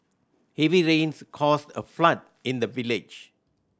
heavy rains caused a flood in the village